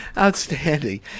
Outstanding